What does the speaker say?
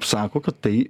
sako kad tai